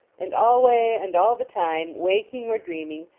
and alway and all the time, waking or dreaming,